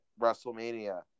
WrestleMania